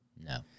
No